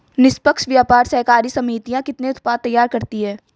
निष्पक्ष व्यापार सहकारी समितियां कितने उत्पाद तैयार करती हैं?